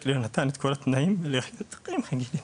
ליונתן את כל התנאים לחיות חיים רגילים.